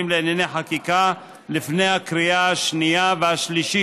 לענייני חקיקה לפני הקריאה השנייה והשלישית.